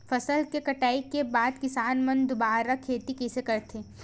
फसल के कटाई के बाद किसान मन दुबारा खेती कइसे करथे?